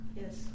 Yes